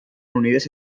unides